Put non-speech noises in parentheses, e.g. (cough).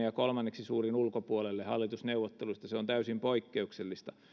(unintelligible) ja kolmanneksi suurin puolue ulkopuolelle hallitusneuvotteluista se on täysin poikkeuksellista